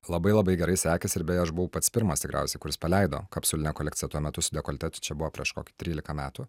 labai labai gerai sekėsi ir beje aš buvau pats pirmas tikriausiai kuris paleido kapsulinę kolekciją tuo metu su dekolte tai čia buvo prieš kokį trylika metų